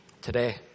Today